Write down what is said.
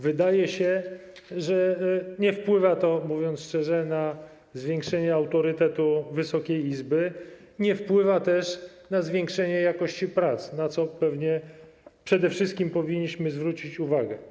Wydaje się, że nie wpływa to - mówiąc szczerze - na zwiększenie autorytetu Wysokiej Izby, nie wpływa też na polepszenie jakości prac, na co pewnie przede wszystkim powinniśmy zwrócić uwagę.